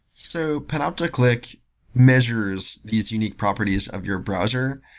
so panopticlick measures these unique properties of your browser,